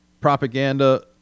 propaganda